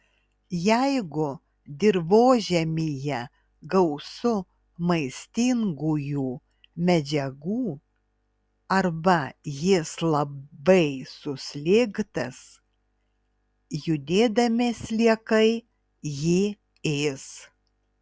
jeigu dirvožemyje gausu maistingųjų medžiagų arba jis labai suslėgtas judėdami sliekai jį ės